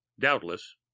doubtless